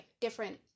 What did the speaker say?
different